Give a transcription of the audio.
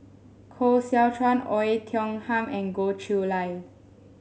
Koh Seow Chuan Oei Tiong Ham and Goh Chiew Lye